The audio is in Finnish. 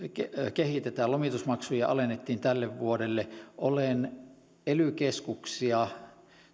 kehitetään lomitusmaksuja alennettiin tälle vuodelle olen ely keskuksille